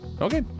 okay